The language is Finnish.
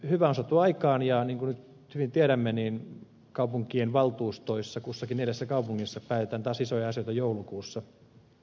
hyvää on saatu aikaan ja niin kuin nyt hyvin tiedämme niin kaupunkien valtuustoissa kussakin neljässä kaupungissa päätetään taas isoja asioita joulukuussa